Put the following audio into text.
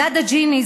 מדד הג'יני,